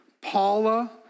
Paula